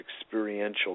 experiential